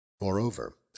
Moreover